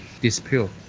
dispute